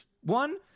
one